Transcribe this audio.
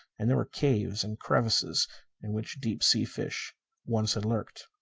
and there were caves and crevices in which deep sea fish once had lurked.